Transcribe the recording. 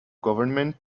government